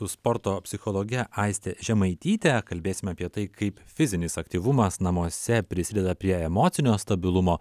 su sporto psichologe aiste žemaityte kalbėsime apie tai kaip fizinis aktyvumas namuose prisideda prie emocinio stabilumo